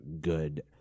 good